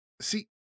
See